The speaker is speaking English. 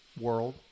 world